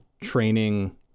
training